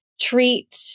treat